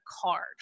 card